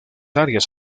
áreas